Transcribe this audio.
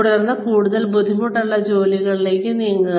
തുടർന്ന് കൂടുതൽ ബുദ്ധിമുട്ടുള്ള ജോലികളിലേക്ക് നീങ്ങുക